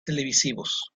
televisivos